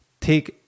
take